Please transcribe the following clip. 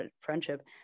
friendship